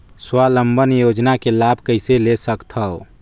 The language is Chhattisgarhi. स्वावलंबन योजना के लाभ कइसे ले सकथव?